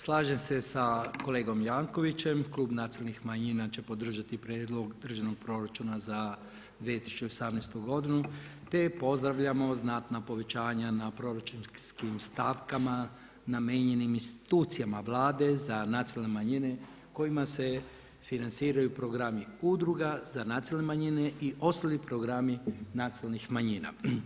Slažem se sa kolegom Jankovicsem, Klub nacionalnih manjina će podržati Prijedlog državnog proračuna za 2018. godinu, te pozdravljamo znatna povećanja na proračunskim stavkama namijenjenim institucijama vlade za nacionalne manjine kojima se financiraju se programi udruga za nacionalne manjine i ostali programi nacionalnih manjina.